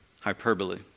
Hyperbole